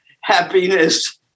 happiness